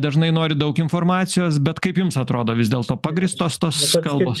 dažnai nori daug informacijos bet kaip jums atrodo vis dėlto pagrįstos tos kalbos